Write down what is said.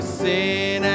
sin